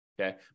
okay